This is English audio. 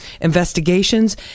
investigations